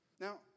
Now